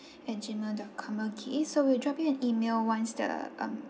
at Gmail dot com okay so we'll drop you an E-mail once the um